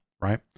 Right